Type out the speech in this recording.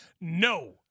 no